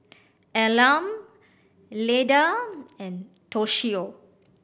Elam Leda and Toshio